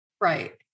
Right